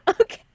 Okay